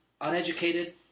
uneducated